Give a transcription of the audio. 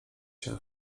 się